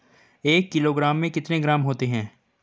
एक किलोग्राम में कितने ग्राम होते हैं?